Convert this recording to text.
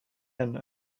inn